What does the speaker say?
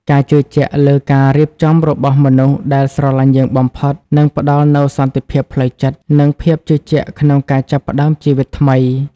ការជឿជាក់លើការរៀបចំរបស់មនុស្សដែលស្រឡាញ់យើងបំផុត នឹងផ្ដល់នូវសន្តិភាពផ្លូវចិត្ត និងភាពជឿជាក់ក្នុងការចាប់ផ្តើមជីវិតថ្មី។